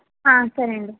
సరే అండి